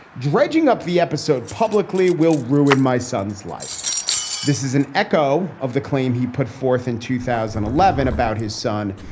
dredging up the episode publicly will ruin my son's life this is an echo of the claim he put forth in two thousand and eleven about his son.